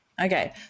Okay